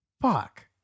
Fuck